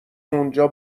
اونجا